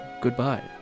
Goodbye